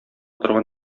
торган